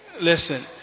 Listen